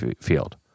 field